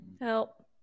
Help